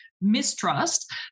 Mistrust